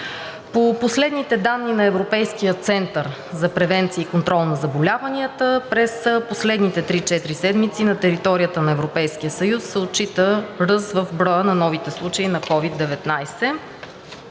По последните данни на Европейския център за превенция и контрол на заболяванията през последните три-четири седмици на територията на Европейския съюз се отчита ръст в броя на новите случаи на COVID-19.